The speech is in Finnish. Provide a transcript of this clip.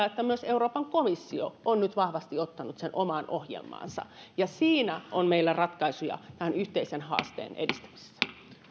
että myös euroopan komissio on nyt vahvasti ottanut sen omaan ohjelmaansa siinä on meillä ratkaisuja tämän yhteisen haasteen edistämisessä